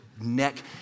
neck